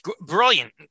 brilliant